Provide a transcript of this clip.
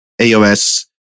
AOS